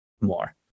more